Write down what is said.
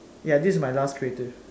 ya this is my last creative